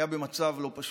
היה במצב לא פשוט.